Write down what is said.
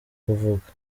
kuvuga